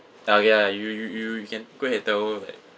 ya okay lah you you you you can go ahead tell like